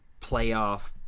playoff